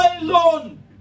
alone